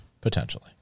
potentially